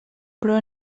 però